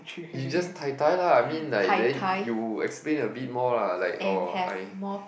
you just tai-tai lah I mean like then you explain a bit more lah like oh I